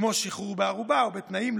כמו שחרור בערובה או בתנאים,